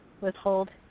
withhold